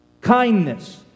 Kindness